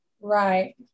right